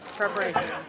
preparation